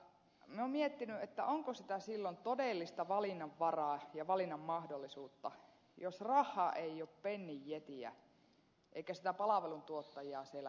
minä olen miettinyt onko sitä silloin todellista valinnanvaraa ja valinnan mahdollisuutta jos rahaa ei ole pennin jetiä eikä sitä palveluntuottajaa siellä kylällä ole